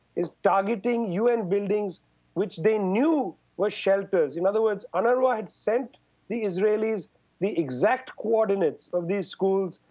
is targeting un buildings which they knew were shelters. in other words, unrwa had sent the israelis the exact coordinates of these schools,